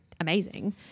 amazing